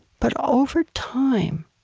but over time